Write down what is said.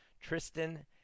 tristan